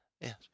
yes